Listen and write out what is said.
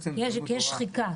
יש שחיקה.